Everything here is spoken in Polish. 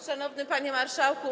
Szanowny Panie Marszałku!